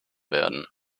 werden